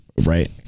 Right